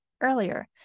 earlier